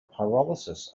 pyrolysis